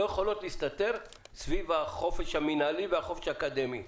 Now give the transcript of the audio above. יכולות להסתתר סביב החופש המנהלי והחופש האקדמי.